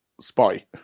spy